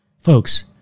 Folks